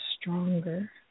stronger